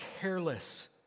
careless